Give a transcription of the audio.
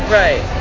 right